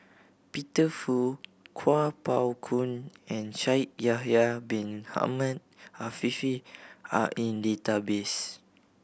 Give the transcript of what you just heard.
Peter Fu Kuo Pao Kun and Shaikh Yahya Bin Ahmed Afifi are in database